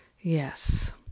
Yes